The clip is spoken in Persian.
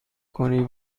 کنی